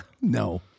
no